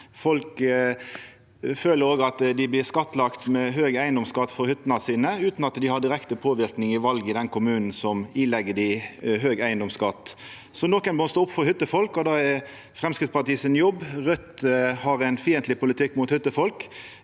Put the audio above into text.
Folk føler òg at dei blir skattlagde med høg eigedomsskatt for hyttene sine, utan at dei har direkte påverknad i val i den kommunen som ilegg dei høg eigedomsskatt. Nokon må stå opp for hyttefolk, og det er Framstegspartiet sin jobb. Raudt har ein fiendtleg politikk mot hyttefolk.